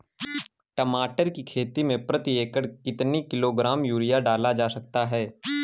टमाटर की खेती में प्रति एकड़ कितनी किलो ग्राम यूरिया डाला जा सकता है?